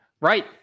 Right